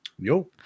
Yo